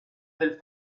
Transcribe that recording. del